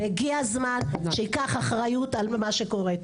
הגיע הזמן כבר שייקח אחריות על זה מה שקורה.